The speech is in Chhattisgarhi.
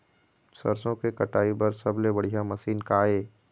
सरसों के कटाई बर सबले बढ़िया मशीन का ये?